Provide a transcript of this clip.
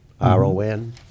R-O-N